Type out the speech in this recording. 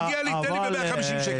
מגיע לי, תן לי ב-150 שקל.